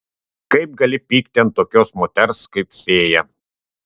kaip gali pykti ant tokios moters kaip fėja